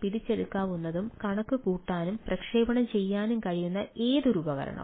പിടിച്ചെടുക്കാനും കണക്കുകൂട്ടാനും പ്രക്ഷേപണം ചെയ്യാനും കഴിയുന്ന ഏതൊരു ഉപകരണവും